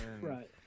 right